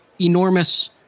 enormous